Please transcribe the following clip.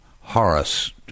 Horace